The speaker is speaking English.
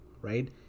Right